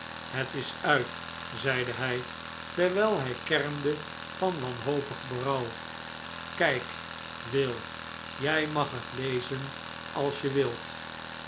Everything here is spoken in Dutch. het is uit zeide hij terwijl hij kermde van wanhopig berouw kijk will jij mag het lezen als je wilt